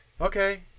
Okay